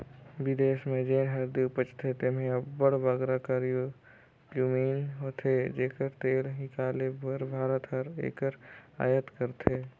बिदेस में जेन हरदी उपजथे तेम्हें अब्बड़ बगरा करक्यूमिन होथे जेकर तेल हिंकाले बर भारत हर एकर अयात करथे